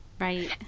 Right